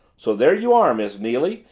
so there you are, miss neily,